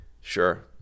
Sure